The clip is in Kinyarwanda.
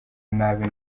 nabi